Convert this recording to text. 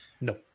no